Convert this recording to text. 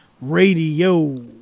Radio